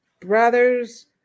Brothers